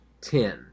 Ten